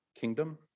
kingdom